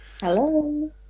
Hello